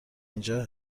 اینجا